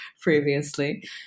previously